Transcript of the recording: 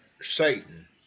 Satan